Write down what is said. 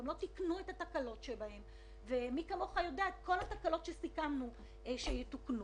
גם לא תיקנו את התקלות שמי כמוך יודע שסיכמנו שיתוקנו.